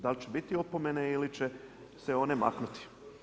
Da li će biti opomene ili će se one maknuti?